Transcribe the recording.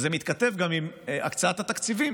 זה מתכתב גם עם הקצאת התקציבים,